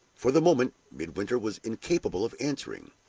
for the moment, midwinter was incapable of answering.